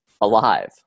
alive